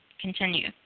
continue